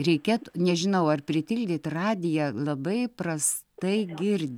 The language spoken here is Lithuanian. reikėt nežinau ar pritildyt radiją labai prastai gird